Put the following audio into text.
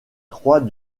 trois